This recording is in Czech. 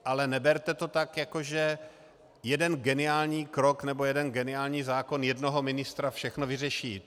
Ale neberte to tak, jako že jeden geniální krok nebo jeden geniální zákon jednoho ministra všechno vyřeší.